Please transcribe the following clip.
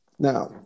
Now